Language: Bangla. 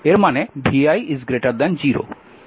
এর মানে vi 0